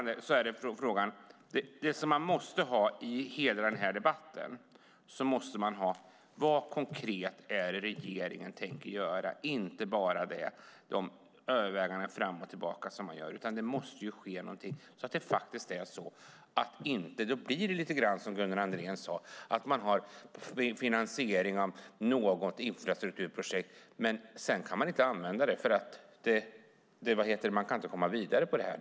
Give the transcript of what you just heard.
Den fråga som måste ställas i debatten är vad regeringen tänker göra konkret, inte bara överväganden fram och tillbaka. Det måste ske något. Det blir lite grann som Gunnar Andrén sade, nämligen att det blir finansiering av något infrastrukturprojekt men sedan kan projektet inte slutföras eftersom det inte går att komma vidare.